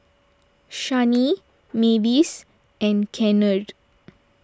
Shani Mavis and Kennard